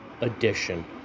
Edition